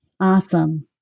Awesome